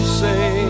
say